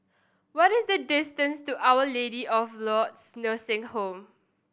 what is the distance to Our Lady of Lourdes Nursing Home